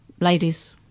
ladies